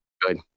Good